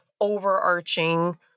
overarching